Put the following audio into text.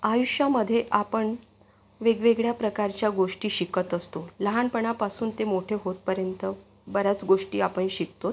आयुष्यामध्ये आपण वेगवेगळ्या प्रकारच्या गोष्टी शिकत असतो लहानपणापासून ते मोठे होतपर्यंत बऱ्याच गोष्टी आपण शिकतो